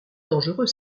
dangereux